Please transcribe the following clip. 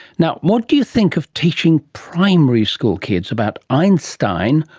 now, what do you think of teaching primary school kids about einstein,